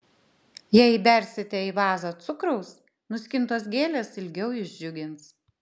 jei įbersite į vazą cukraus nuskintos gėlės ilgiau jus džiugins